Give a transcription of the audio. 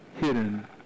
hidden